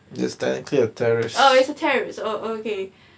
oh it's a terrace oh okay